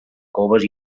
coves